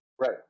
Right